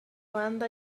banda